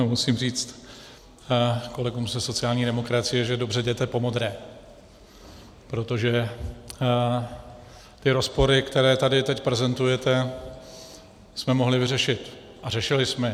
Musím říci kolegům ze sociální demokracie dobře, jděte po modré, protože ty rozpory, které tady teď prezentujete, jsme mohli vyřešit a řešili jsme.